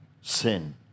sin